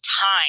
time